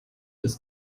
des